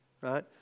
right